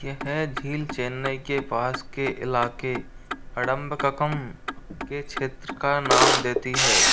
यह झील चेन्नई के पास के इलाक़े अडंबक्कम के क्षेत्र का नाम देती है